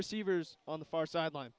receivers on the far side line